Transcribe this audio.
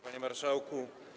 Panie Marszałku!